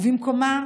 ובמקומה,